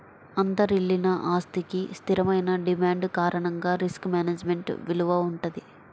అంతర్లీన ఆస్తికి స్థిరమైన డిమాండ్ కారణంగా రిస్క్ మేనేజ్మెంట్ విలువ వుంటది